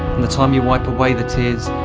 and the time you wipe away the tears,